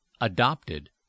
adopted